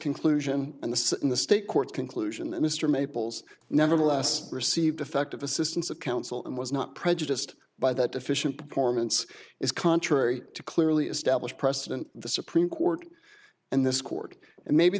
conclusion and the sit in the state court conclusion that mr maples nevertheless received effective assistance of counsel and was not prejudiced by that deficient performance is contrary to clearly established precedent the supreme court and this court and maybe